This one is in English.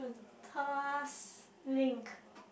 Tuas Link